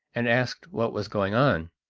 and asked what was going on.